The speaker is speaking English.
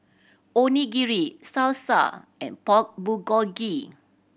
Onigiri Salsa and Pork Bulgogi